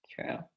True